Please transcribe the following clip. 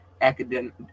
academic